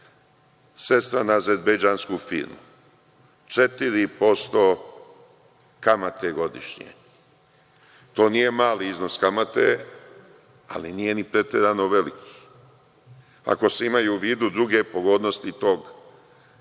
sredstva na azerbejdžansku firmu, 4% kamate godišnje. To nije mali iznos kamate, ali nije ni preterano veliki, ako se imaju u vidu druge pogodnosti tog